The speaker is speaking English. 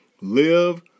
live